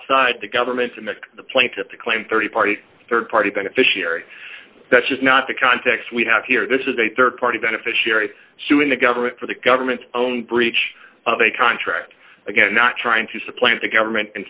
outside the government and then the plaintiffs claim thirty party rd party beneficiary that's just not the context we have here this is a rd party beneficiary suing the government for the government's own breach of a contract again not trying to supplant the government